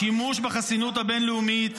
השימוש בחסינות הבין-לאומית,